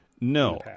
no